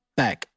back